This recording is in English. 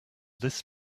this